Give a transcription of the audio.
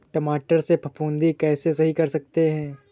टमाटर से फफूंदी कैसे सही कर सकते हैं?